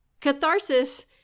catharsis